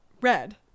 Red